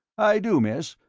i do, miss,